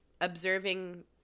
observing